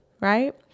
right